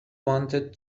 wanted